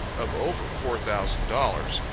of over four thousand dollars,